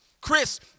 Chris